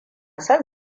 son